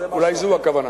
אולי זו הכוונה.